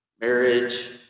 marriage